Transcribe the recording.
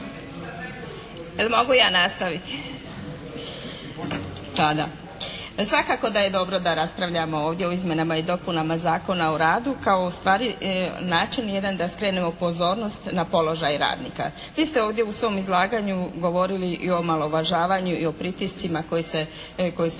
Svakako da je dobro da raspravljamo ovdje o izmjenama i dopunama Zakona o radu kao ustvari način jedan da skrenemo pozornost na položaj radnika. Vi ste ovdje u svom izlaganju govorili i o omalovažavanju i o pritiscima koji se,